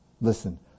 listen